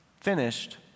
finished